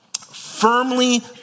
firmly